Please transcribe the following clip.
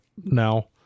now